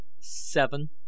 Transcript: seven